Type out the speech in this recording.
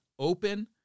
open